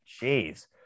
Jeez